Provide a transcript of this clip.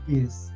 Yes